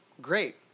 great